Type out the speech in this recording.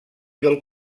del